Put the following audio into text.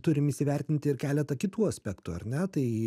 turim įsivertinti ir keletą kitų aspektų ar ne tai